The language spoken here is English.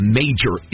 major